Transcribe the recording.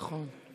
נכון.